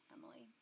Emily